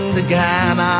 again